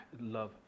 love